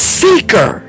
seeker